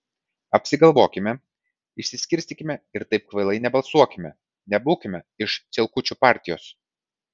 apsigalvokime išsiskirstykime ir taip kvailai nebalsuokime nebūkime iš cielkučių partijos